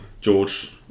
George